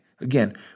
again